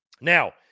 Now